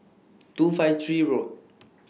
two five three Road